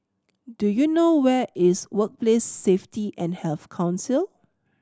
do you know where is Workplace Safety and Health Council